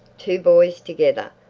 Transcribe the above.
two boys together.